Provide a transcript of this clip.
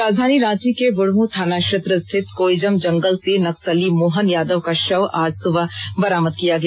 राजधानी रांची के ब्रुढ़मू थाना क्षेत्र स्थित कोयजम जंगल से नक्सली मोहन यादव का शव आज सुबह बरामद किया गया